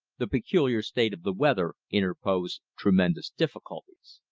the peculiar state of the weather interposed tremendous difficulties.